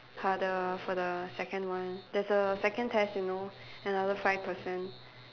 harder for the second one there's a second test you know another five percent